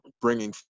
bringing